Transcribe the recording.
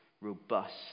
robust